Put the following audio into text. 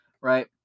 Right